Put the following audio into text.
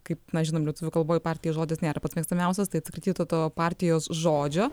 kaip mes žinom lietuvių kalboj partija žodis nėra pats mėgstamiausias tai atsikratyti to partijos žodžio